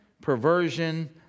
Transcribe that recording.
perversion